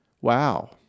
Wow